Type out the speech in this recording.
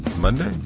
Monday